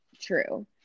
true